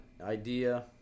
idea